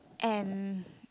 and